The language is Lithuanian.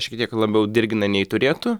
šiek tiek labiau dirgina nei turėtų